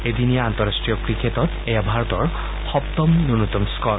এদিনীয়া আন্তঃৰাষ্টীয় ক্ৰিকেটৰ এয়া ভাৰতৰ সপ্তম ন্যনতম স্থৰ